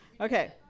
Okay